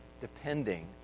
depending